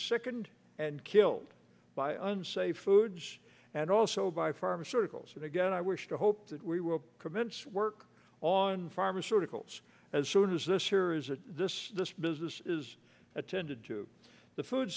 sickened and killed by unsafe foods and also by pharmaceuticals and again i wish to hope that we will commence work on pharmaceuticals as soon as this year is a this business is attended to the food